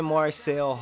Marcel